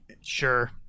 sure